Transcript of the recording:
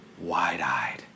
wide-eyed